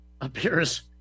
appears